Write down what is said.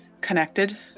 connected